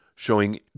showing